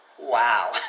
Wow